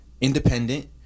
independent